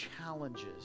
challenges